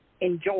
enjoy